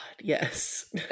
Yes